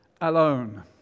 alone